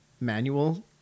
manual